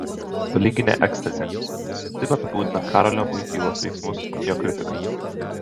tolyginė ekstazė taip apibūdina karolio voitylos veiksmus jo kritikai